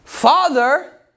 Father